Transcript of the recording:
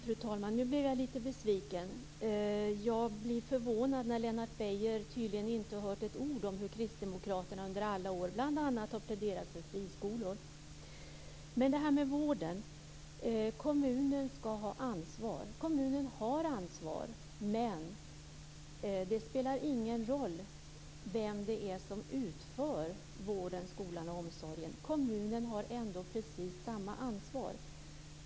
Fru talman! Nu blev jag lite besviken. Jag blir förvånad över att Lennart Beijer tydligen inte har hört ett ord när kristdemokraterna under alla år bl.a. har pläderat för friskolor. Kommunen skall ha ansvar för vården, skolan och omsorgen. Kommunen har det ansvaret, men det spelar ingen roll vem som utför verksamheten. Kommunen har ändå precis samma ansvar.